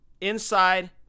inside